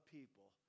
people